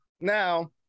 Now